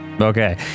Okay